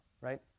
right